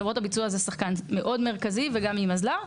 חברות הביצוע זה שחקן מאוד מרכזי וגם ׳Imazlar׳,